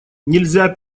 нельзя